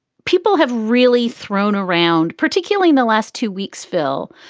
people have really thrown around, particularly the last two weeks, phil,